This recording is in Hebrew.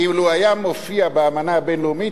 אילו היה מופיע באמנה הבין-לאומית,